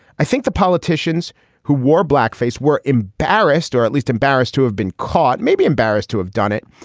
i think the politicians who wore blackface were embarrassed or at least embarrassed to have been caught maybe embarrassed to have done it.